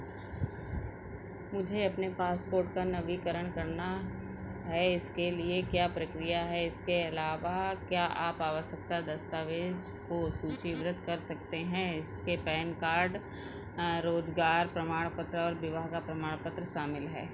मुझे अपने पासपोर्ट का नवीनीकरण करना है इसके लिए क्या प्रक्रिया है इसके अलावा क्या आप आवश्यकता दस्तावेज़ को सूचीबद्ध कर सकते हैं इसके पैन कार्ड रोज़गार प्रमाणपत्र और विवाह का प्रमाण पत्र शामिल है